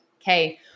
Okay